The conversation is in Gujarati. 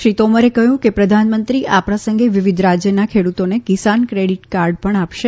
શ્રી તોમરે કહ્યું કે પ્રધાનમંત્રી આ પ્રસંગે વિવિધ રાજ્યના ખેડ઼તોને કિસાન ક્રેડીટ કાર્ડ પણ આપશે